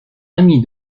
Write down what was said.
ami